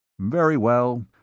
very well,